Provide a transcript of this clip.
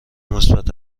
مثبت